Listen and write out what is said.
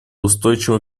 устойчивый